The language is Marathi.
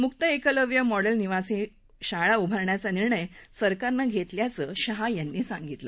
मुक्त एकलव्य मॉडेल निवासी शाळा उभारण्याचा निर्णय सरकारनं घेतल्याचं शहा म्हणाले